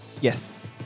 Yes